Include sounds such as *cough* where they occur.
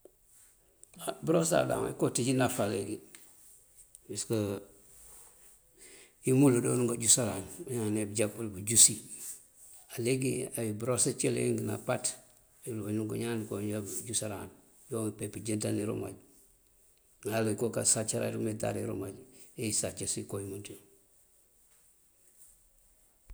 Á bëros adaŋ boká anţíij náfá leegi. Pasëk *hesitation* imul joonú kanjúsëran. Bañaan ne bujá pël pënjúsi. Á leegi, ay bëros cëlink ná pat joon bëroŋ bañaan ndëënjúsëran joonëroŋ umpe pëënjënţan irúmaj. Aŋal ko kásacara dí wumetari irúmaj ey isacësi koo umëëţun.